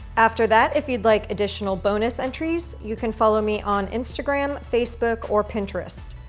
after that, if you'd like additional bonus entries, you can follow me on instagram, facebook, or pinterest.